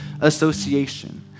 association